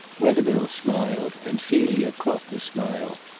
wethermill smiled, and celia caught the smile.